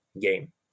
game